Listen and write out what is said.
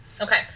Okay